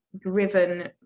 driven